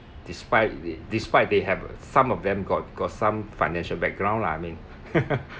despite th~ despite they have some of them got got some financial background lah I mean